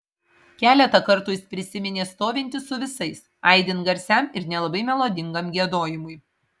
keletą kartų jis prisiminė stovintis su visais aidint garsiam ir nelabai melodingam giedojimui